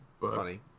Funny